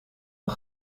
een